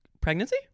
pregnancy